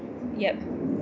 yeah